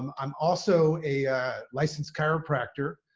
um i'm also a licensed chiropractor.